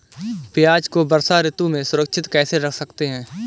प्याज़ को वर्षा ऋतु में सुरक्षित कैसे रख सकते हैं?